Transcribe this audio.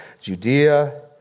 Judea